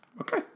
Okay